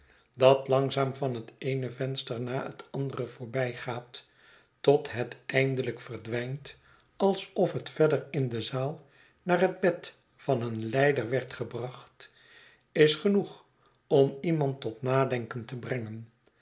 dat langzaam het eene venster na het andere voorbijgaat tot het eindelijk verdwijnt alsof het verder in de zaal naar het bed van een lijder werd gebracht is genoeg om iemand tot nadenken te brengen